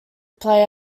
play